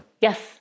Yes